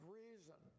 reason